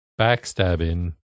backstabbing